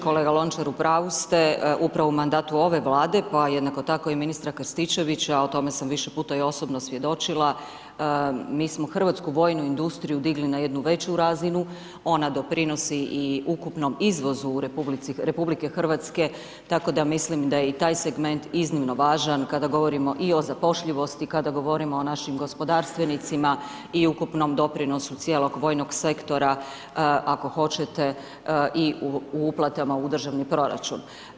Kolega Lončar, u pravu ste, u prvom mandatu ove Vlade, pa jednako tako i ministra Krstičevića, o tome sam više puta i osobno svjedočila, mi smo Hrvatsku vojnu industriju digli na jednu veću razinu, ona doprinosi i ukupnom izvozu RH, tako da mislim da je i taj segment iznimno važan kada govorimo i o zapošljivosti, kada govorimo o našim gospodarstvenicima i ukupnom doprinosu cijelog vojnog sektora, ako hoćete i o uplatama u državni proračun.